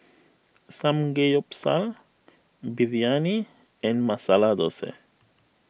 Samgeyopsal Biryani and Masala Dosa